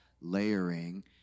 layering